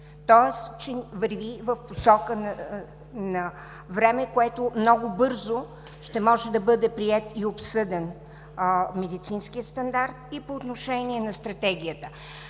тоест, че върви в посока на време, в което много бързо ще може да бъде приет и обсъден медицинският стандарт, и по отношение на Стратегията.